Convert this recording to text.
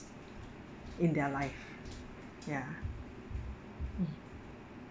in their life ya mm